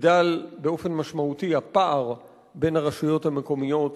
יגדל באופן משמעותי הפער בין הרשויות המקומיות